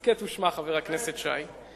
הסכת ושמע, חבר הכנסת שי.